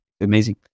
amazing